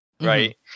right